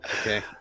Okay